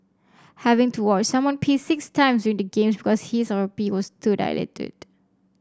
having to watch someone pee six times during the games because his or her pee was too diluted